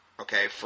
okay